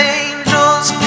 angels